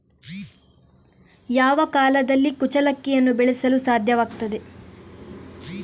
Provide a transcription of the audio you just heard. ಯಾವ ಕಾಲದಲ್ಲಿ ಕುಚ್ಚಲಕ್ಕಿಯನ್ನು ಬೆಳೆಸಲು ಸಾಧ್ಯವಾಗ್ತದೆ?